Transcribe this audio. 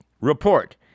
Report